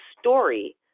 story